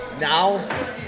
Now